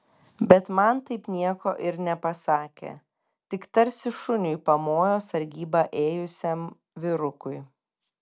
bet man taip nieko ir nepasakė tik tarsi šuniui pamojo sargybą ėjusiam vyrukui